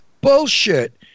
bullshit